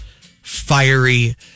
fiery